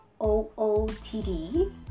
OOTD